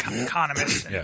Economists